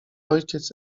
ojciec